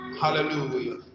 Hallelujah